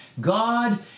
God